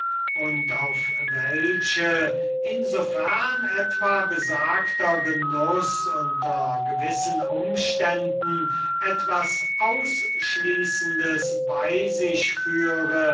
und auf welche in so fern etwa besagter genuß unter gewissen umständen etwas ausschließendes bei sich führe